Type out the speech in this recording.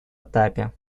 этапе